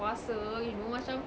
puasa you know macam